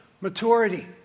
Maturity